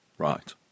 Right